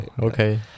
okay